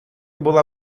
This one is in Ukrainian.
була